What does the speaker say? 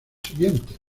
siguientes